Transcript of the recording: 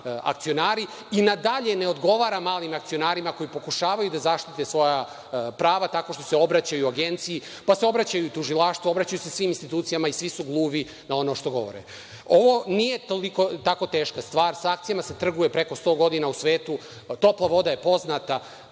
akcionari i, na dalje, ne odgovara malim akcionarima koji pokušavaju da zaštite svoja prava tako što se obraćaju Agenciji, pa se obraćaju tužilaštvu, obraćaju se svim institucijama i svi su gluvi na ono što govore. Ovo nije tako teška stvar, sa akcijama se trguje preko sto godina u svetu. Topla voda je poznata,